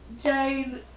jane